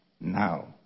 now